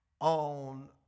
on